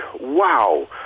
wow